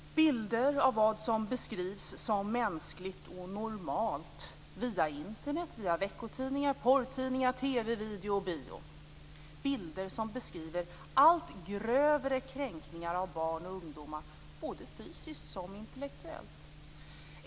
Det är bilder av vad som beskrivs som mänskligt och normalt via Internet, veckotidningar, porrtidningar, TV, video och bio. Det är bilder som beskriver allt grövre kränkningar av barn och ungdomar både fysiskt och intellektuellt.